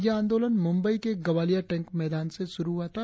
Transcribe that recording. यह आंदोलन मुंबई के गवालिया टैंक मैदान से शुरु हुआ था